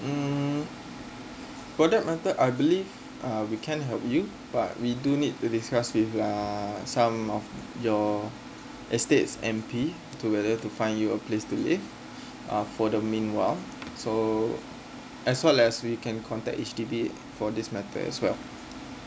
hmm for that matter I believe uh we can't help you but we do need to discuss with uh some of your estate M_P so whether to find you a place to live uh for the meanwhile so as well as we can contact H_D_B for this matter as well